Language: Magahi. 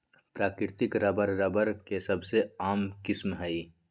प्राकृतिक रबर, रबर के सबसे आम किस्म हई